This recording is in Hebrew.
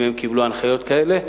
אם הם קיבלו הנחיות כאלה,